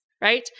right